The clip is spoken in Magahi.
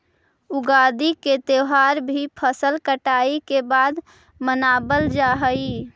युगादि के त्यौहार भी फसल कटाई के बाद मनावल जा हइ